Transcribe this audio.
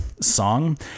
song